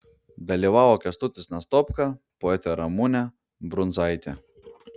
dalyvavo kęstutis nastopka poetė ramunė brundzaitė